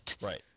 Right